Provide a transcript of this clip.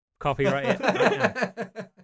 Copyright